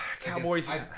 Cowboys